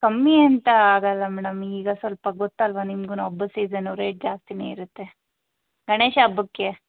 ಕಮ್ಮಿ ಅಂತ ಆಗಲ್ಲ ಮೇಡಮ್ ಈಗ ಸ್ವಲ್ಪ ಗೊತ್ತಲ್ವ ನಿಮಗೂ ಹಬ್ಬದ ಸೀಸನು ರೇಟ್ ಜಾಸ್ತಿಯೇ ಇರತ್ತೆ ಗಣೇಶ ಹಬ್ಬಕ್ಕೆ